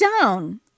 down